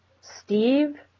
Steve